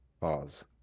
Pause